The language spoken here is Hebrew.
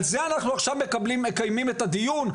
על זה אנחנו עכשיו מקיימים את הדיון.